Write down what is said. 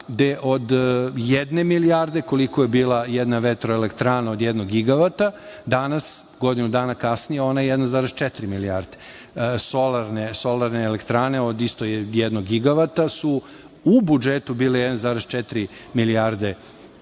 od jedne milijarde, koliko je bila jedna vetroelektrana od jednog gigavata, danas godinu dana kasnije ona 1,4 milijarde, solarne elektrane od istog jednog gigavata su u budžetu bile 1,4 milijarde